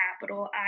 capital